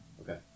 Okay